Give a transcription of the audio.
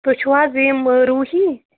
تُہۍ چھُ حظ یِم روٗہی